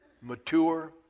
mature